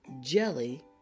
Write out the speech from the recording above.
Jelly